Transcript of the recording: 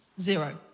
Zero